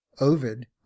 ovid